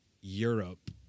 Europe